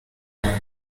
uyu